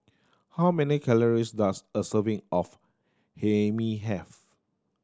how many calories does a serving of Hae Mee have